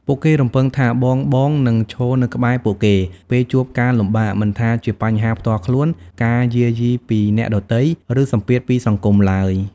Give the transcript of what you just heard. ពួកគេរំពឹងថាបងៗនឹងឈរនៅក្បែរពួកគេ ពេលជួបការលំបាក មិនថាជាបញ្ហាផ្ទាល់ខ្លួន ការយាយីពីអ្នកដទៃ ឬសម្ពាធពីសង្គមឡើយ។